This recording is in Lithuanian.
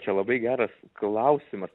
čia labai geras klausimas